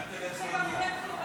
אנחנו כאן פעם שלישית הערב.